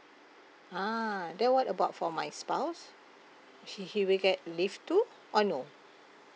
a'ah then what about for my spouse he he will get leave too or no